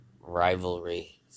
rivalry